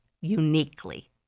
uniquely